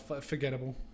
forgettable